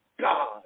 God